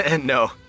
No